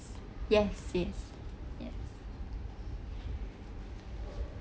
yes yes yes